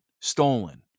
stolen